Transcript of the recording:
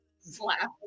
Slap